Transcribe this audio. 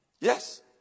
Yes